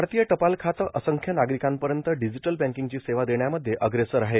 भारतीय टपाल खातं असंख्य नागरिकांपर्यंत डिजिटल बँकिंगची सेवा देण्यामध्ये अग्रेसर आहे